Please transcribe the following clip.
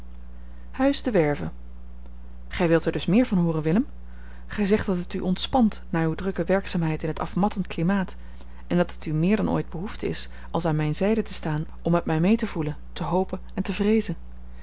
huis de werve gij wilt er dus meer van hooren willem gij zegt dat het u ontspant na uw drukke werkzaamheid in het afmattend klimaat en dat het u meer dan ooit behoefte is als aan mijne zijde te staan om met mij mee te voelen te hopen en te vreezen